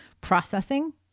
processing